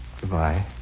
Goodbye